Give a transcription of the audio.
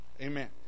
amen